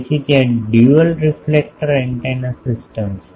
તેથી ત્યાં dual reflector antenna system છે